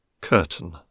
Curtain